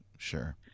Sure